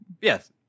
Yes